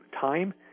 time